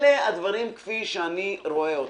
אלה הדברים כפי שאני רואה אותם.